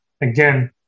again